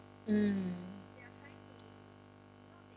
mm